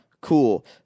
Cool